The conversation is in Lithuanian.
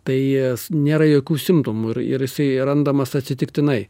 tai nėra jokių simptomų ir ir jisai randamas atsitiktinai